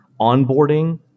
onboarding